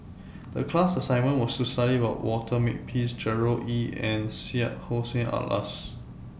The class assignment was to study about Walter Makepeace Gerard Ee and Syed Hussein Alatas